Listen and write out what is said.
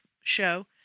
show